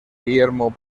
guillermo